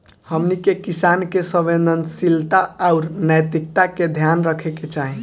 हमनी के किसान के संवेदनशीलता आउर नैतिकता के ध्यान रखे के चाही